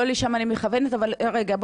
לא לשם אני מכוונת אבל רגע,